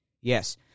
Yes